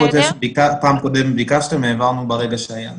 בפעם הקודמת ביקשתם והעברנו ברגע שהיה לנו.